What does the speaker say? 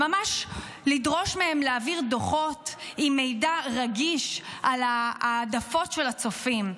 ולדרוש מהם להעביר דוחות עם מידע רגיש על ההעדפות של הצופים.